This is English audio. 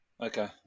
Okay